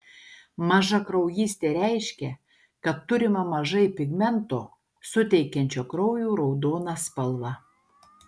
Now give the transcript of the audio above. mažakraujystė reiškia kad turima mažai pigmento suteikiančio kraujui raudoną spalvą